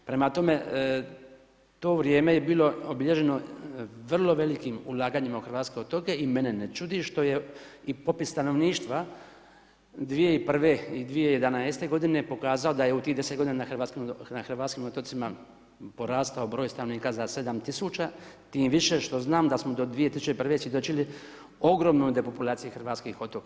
Prema tome, to vrijeme je bilo obilježeno, vrlo velikim ulaganjem u hrvatske otoke i mene ne čudi, što je i popis stanovništva 2001. i 2011.g pokazao da je u tim 10 g. na hrvatskim otocima porastao br. stanovnika za 7000 tim više što znam da smo do 2001. svjedočili ogromnoj depopulaciji hrvatskih otoka.